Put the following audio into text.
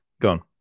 gone